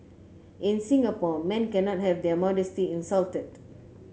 in Singapore men cannot have their modesty insulted